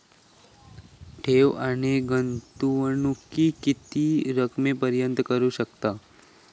ठेव आणि गुंतवणूकी किती रकमेपर्यंत करू शकतव?